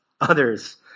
Others